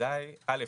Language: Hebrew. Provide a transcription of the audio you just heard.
אזי א',